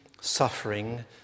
suffering